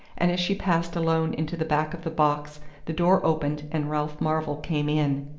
and as she passed alone into the back of the box the door opened and ralph marvell came in.